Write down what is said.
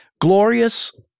Glorious